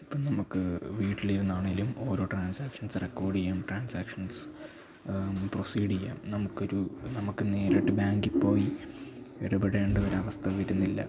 അപ്പ്ം നമ്മക്ക് വീട്ടിലിരുന്നാണെങ്കിലും ഓരോ ട്രാൻസാക്ഷൻസ് റെക്കോർഡ് ചെയ്യാം ട്രാൻസാക്ഷൻസ് പ്രൊസീഡ് ചെയ്യാം നമുക്ക് ഒരു നമുക്ക് നേരിട്ട് ബാങ്കിൽ പോയി ഇടപെടേണ്ട ഒരു അവസ്ഥ വരുന്നില്ല